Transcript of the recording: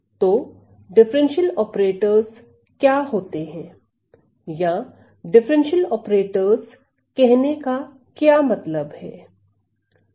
तो अवकल ऑपरेटरस क्या होते हैं या अवकल ऑपरेटरस कहने का क्या मतलब है